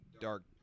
dark